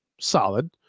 solid